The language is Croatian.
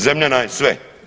Zemlja nam je sve.